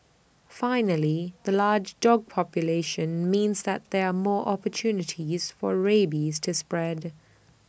finally the large dog population means that there are more opportunities for rabies to spread